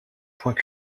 point